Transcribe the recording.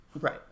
Right